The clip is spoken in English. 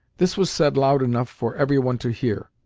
this was said loud enough for every one to hear.